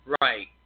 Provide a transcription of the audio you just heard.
Right